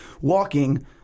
walking